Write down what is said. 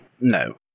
No